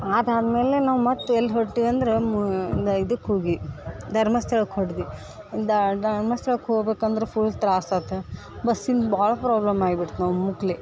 ಅದು ಆದಮೇಲೆ ನಾವು ಮತ್ತು ಎಲ್ಲಿ ಹೊರ್ಟ್ವಿ ಅಂದ್ರೆ ಮು ಇದಕ್ಕೆ ಹೋಗಿ ಧರ್ಮಸ್ಥಳಕ್ಕೆ ಹೊದ್ವಿ ಧರ್ಮಸ್ಥಳಕ್ಕೆ ಹೋಗ್ಬೇಕು ಅಂದ್ರೆ ಫುಲ್ ತ್ರಾಸು ಆತು ಬಸ್ಸಿಂದು ಭಾಳ ಪ್ರಾಬ್ಲಮ್ ಆಗಿಬಿಡ್ತು ನಾವು ಮುಕ್ಲಿ